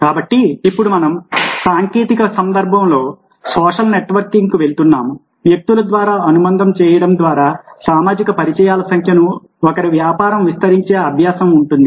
కాబట్టి ఇప్పుడు మనం సాంకేతిక సందర్భంలో సోషల్ నెట్వర్కింగ్కు వెళుతున్నాము వ్యక్తుల ద్వారా అనుబంధం చేయడం ద్వారా సామాజిక పరిచయాల సంఖ్యను ఒకరి వ్యాపారం విస్తరించే అభ్యాసం ఉంటుంది